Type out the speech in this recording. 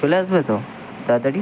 চলে আসবে তো তাড়াতাড়ি